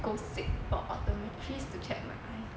go seek an optometrist to check my eye